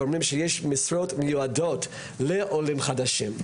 ואומרים שיש משרות המיועדות לעולים חדשים,